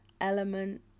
element